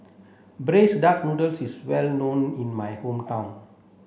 braised duck noodle is well known in my hometown